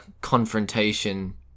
confrontation